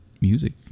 music